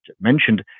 mentioned